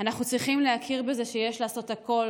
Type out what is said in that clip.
אנחנו צריכים להכיר בזה שיש לעשות הכול